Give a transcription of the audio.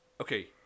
Okay